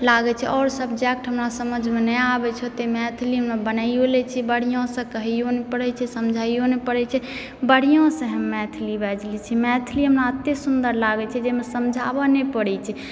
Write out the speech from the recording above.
लागै छै आओर सब्जेक्ट मे हमरा समझ मे नहि आबै छै ओत्ते मैथिली मे बनाइयो लै छियै बढ़िऑं सऽ कहेयौ नहि पड़ै छै समझाइयो नहि पड़ै छै बढ़िऑं सऽ हम मैथिली बाजि लै छी मैथिली हमरा अत्ते सुन्दर लागै छै जे एहिमे समझाबए नहि पड़ै छै